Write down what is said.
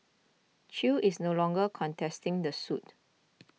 chew is no longer contesting the suit